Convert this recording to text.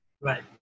Right